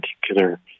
particular